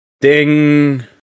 ding